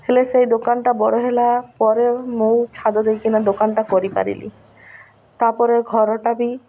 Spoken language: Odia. ହେଲେ ସେଇ ଦୋକାନଟା ବଡ଼ ହେଲା ପରେ ମୁଁ ଛାତ ଦେଇକିନା ଦୋକାନଟା କରିପାରିଲି ତା'ପରେ ଘରଟା ବି